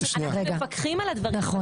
אנחנו מפקחים על הדברים --- לא,